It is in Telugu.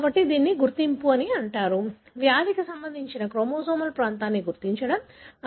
కాబట్టి దీనిని గుర్తింపు అంటారు వ్యాధికి సంబంధించిన క్రోమోజోమల్ ప్రాంతాన్ని గుర్తించండి